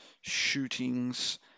shootings